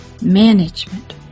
Management